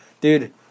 Dude